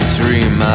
dream